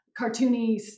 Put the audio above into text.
cartoony